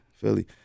philly